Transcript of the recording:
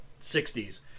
60s